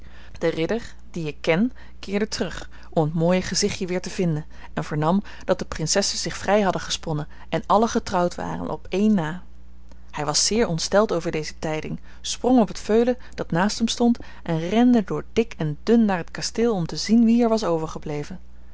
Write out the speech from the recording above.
de ridder dien ik ken keerde terug om het mooie gezichtje weer te vinden en vernam dat de prinsessen zich vrij hadden gesponnen en alle getrouwd waren op één na hij was zeer ontsteld over deze tijding sprong op het veulen dat naast hem stond en rende door dik en dun naar het kasteel om te zien wie er was overgebleven